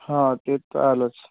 हां ते तर आलंच